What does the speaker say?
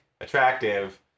attractive